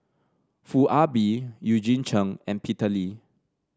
Foo Ah Bee Eugene Chen and Peter Lee